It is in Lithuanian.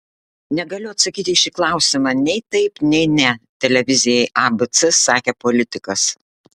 negaliu atsakyti į šį klausimą nei taip nei ne televizijai abc sakė politikas